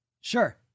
Sure